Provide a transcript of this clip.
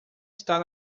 está